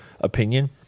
opinion